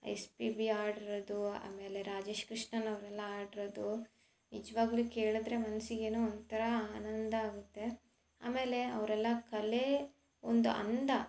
S P B ಹಾಡಿರೋದು ಆಮೇಲೆ ರಾಜೇಶ್ ಕೃಷ್ಣನ್ ಅವರೆಲ್ಲ ಹಾಡಿರೋದು ನಿಜವಾಗ್ಲು ಕೇಳಿದ್ರೆ ಮನ್ಸಿಗೆ ಏನೋ ಒಂಥರ ಆನಂದ ಆಗುತ್ತೆ ಆಮೇಲೆ ಅವರೆಲ್ಲ ಕಲೆ ಒಂದು ಅಂದ